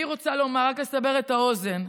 אני רוצה רק לסבר את האוזן,